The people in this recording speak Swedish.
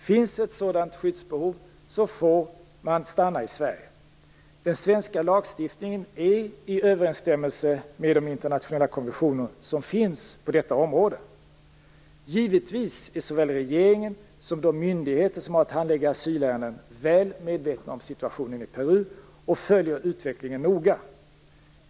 Finns ett sådant skyddsbehov, får man stanna i Sverige. Den svenska lagstiftningen är i överensstämmelse med de internationella konventioner som finns på detta område. Givetvis är såväl regeringen som de myndigheter som har att handlägga asylärenden väl medvetna om situationen i Peru och följer utvecklingen noga.